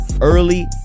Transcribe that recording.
early